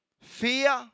fear